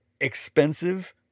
expensive